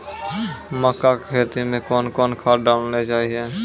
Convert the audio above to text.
मक्का के खेती मे कौन कौन खाद डालने चाहिए?